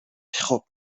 خوب